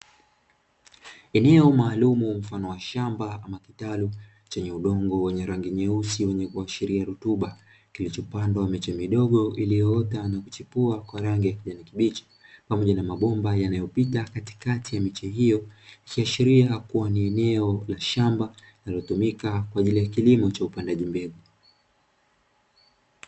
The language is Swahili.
Eneo maalumu mfano wa shamba na kitalu chenye udongo wenye rangi nyeusi wenye kuashiria rutuba kilichopandwa miche midogo iliyoota na kuchepua kwa rangi ya kijani kibichi, pamoja na mabomba yanayopita katikati ya miche hiyo ikiashiria kuwa ni eneo la shamba linalotumika kwa ajili ya kilimo cha upandaji mbegu.